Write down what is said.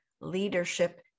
Leadership